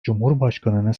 cumhurbaşkanını